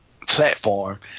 platform